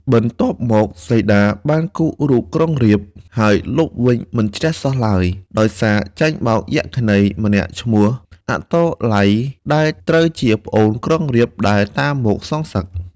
បន្ទាប់មក សីតាបានគូររូបក្រុងរាពណ៍ ហើយលុបវិញមិនជ្រះសោះឡើយ ដោយសារចាញ់បោកយក្ខិនីម្នាក់ឈ្មោះ អាតុល័យ ដែលត្រូវជាប្អូនក្រុងរាពណ៍ដែលតាមមកសងសឹក។